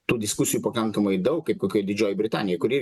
tų diskusijų pakankamai daug kaip kokia didžioji britanija kuri